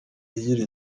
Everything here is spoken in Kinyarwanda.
igira